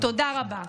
תודה רבה.